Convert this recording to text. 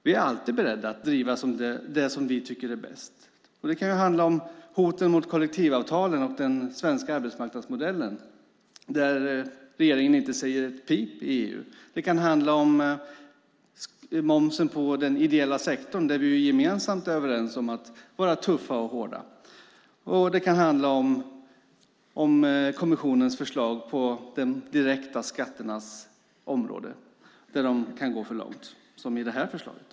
Vi är alltid beredda att driva det vi anser är bäst. Det kan handla om hoten mot kollektivavtalen och den svenska arbetsmarknadsmodellen där regeringen inte säger ett pip i EU. Det kan handla om momsen på den ideella sektorn där vi ju gemensamt är överens om att vara tuffa och hårda. Det kan handla om kommissionens förslag på de direkta skatternas område där de kan gå för långt, som i det här förslaget.